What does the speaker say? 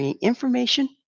information